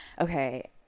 Okay